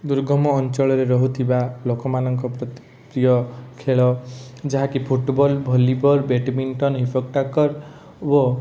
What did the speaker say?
ଦୁର୍ଗମ ଅଞ୍ଚଳରେ ରହୁଥିବା ଲୋକମାନଙ୍କ ପ୍ରତି ପ୍ରିୟ ଖେଳ ଯାହାକି ଫୁଟବଲ ଭଲିବଲ ବେଟମିଣ୍ଟନ ହିପଟ୍ୟାକର ୱ